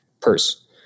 purse